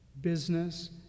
business